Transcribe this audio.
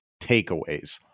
takeaways